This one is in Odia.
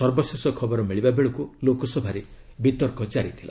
ସର୍ବଶେଷ ଖବର ମିଳିବା ବେଳକୁ ଲୋକସଭାରେ ବିତର୍କ ଜାରି ଥିଲା